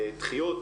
הדחיות,